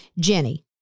Jenny